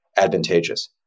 advantageous